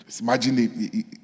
imagine